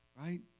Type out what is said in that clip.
Right